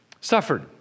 suffered